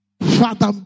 Father